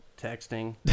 texting